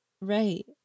Right